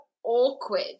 awkward